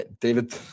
David